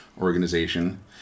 organization